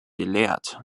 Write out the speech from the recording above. gelehrt